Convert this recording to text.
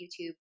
YouTube